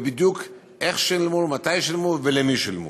ובדיוק איך שילמו ומתי שילמו ולמי שילמו.